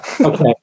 Okay